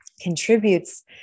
contributes